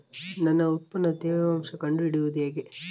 ನನ್ನ ಉತ್ಪನ್ನದ ತೇವಾಂಶ ಕಂಡು ಹಿಡಿಯುವುದು ಹೇಗೆ?